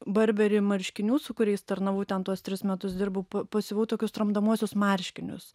barberi marškinių su kuriais tarnavau ten tuos tris metus dirbau pasiuvau tokius tramdomuosius marškinius